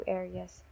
areas